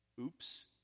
Oops